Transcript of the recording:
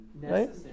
right